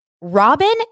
Robin